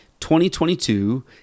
2022